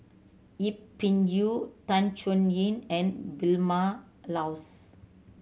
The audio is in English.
Yip Pin Xiu Tan Chuan Yin and Vilma Laus